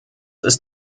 ist